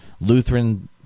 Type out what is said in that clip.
Lutheran